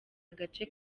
agace